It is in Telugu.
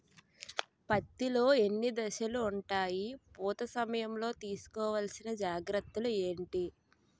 పత్తి లో ఎన్ని దశలు ఉంటాయి? పూత సమయం లో తీసుకోవల్సిన జాగ్రత్తలు ఏంటి?